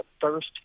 thirst